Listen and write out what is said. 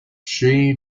she